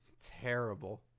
terrible